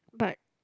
but